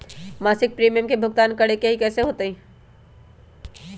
मासिक प्रीमियम के भुगतान करे के हई कैसे होतई?